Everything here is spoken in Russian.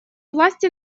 власти